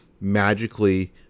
magically